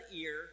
ear